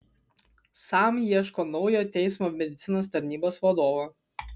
sam ieško naujo teismo medicinos tarnybos vadovo